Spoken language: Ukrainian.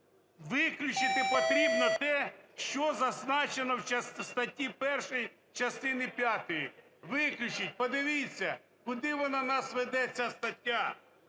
виключити потрібно те, що зазначено в статті 1 частині п'ятій, виключить. Подивіться, куди вона нас веде ця стаття.